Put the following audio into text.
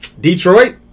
Detroit